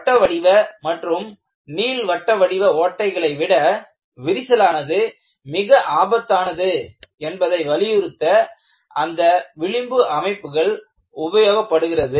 வட்ட வடிவ மற்றும் நீள் வட்ட வடிவ ஓட்டைகளை விட விரிசலானது மிக ஆபத்தானது என்பதை வலியுறுத்த அந்த விளிம்பு அமைப்புகள் உபயோகப்படுகிறது